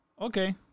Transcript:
Okay